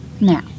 now